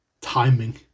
timing